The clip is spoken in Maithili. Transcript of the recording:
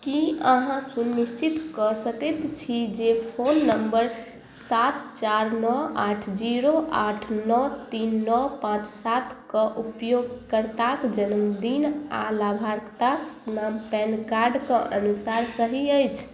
की अहाँ सुनिश्चित कऽ सकैत छी जे फोन नंबर सात चारि नओ आठ जीरो आठ नओ तीन नओ पाँच सातके उपयोगकर्ताक जन्मदिन आ लाभकर्ताक नाम पैन कार्डके अनुसार सही अछि